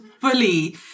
fully